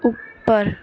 ਉੱਪਰ